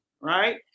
right